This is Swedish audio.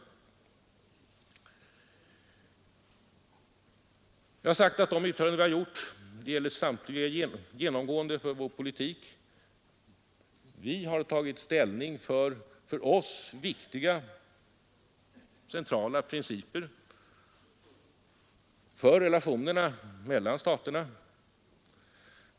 Jag har sagt att de yttranden vi har gjort — och det gäller genomgående för vår politik — bygger på att vi har tagit ställning till för oss viktiga centrala principer för relationerna mellan staterna.